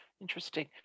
Interesting